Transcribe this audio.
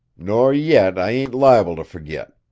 nor yet i ain't li'ble to forget.